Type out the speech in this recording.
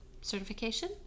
certification